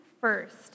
first